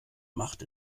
macht